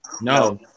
No